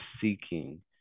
seeking